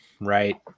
right